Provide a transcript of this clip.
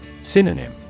Synonym